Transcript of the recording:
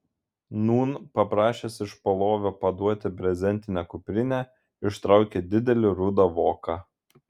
nūn paprašęs iš palovio paduoti brezentinę kuprinę ištraukė didelį rudą voką